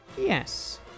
Yes